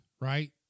right